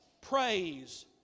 praise